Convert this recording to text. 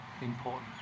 important